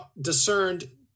discerned